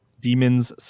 demons